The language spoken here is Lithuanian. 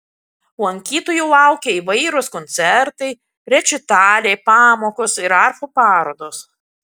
lankytojų laukia įvairūs koncertai rečitaliai pamokos ir arfų parodos